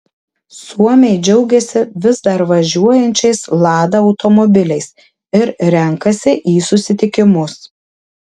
suomiai džiaugiasi vis dar važiuojančiais lada automobiliais ir renkasi į susitikimus